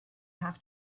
have